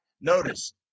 Notice